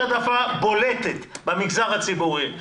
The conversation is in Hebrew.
יש העדפה בולטת במגזר הציבורי.